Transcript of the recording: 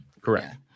Correct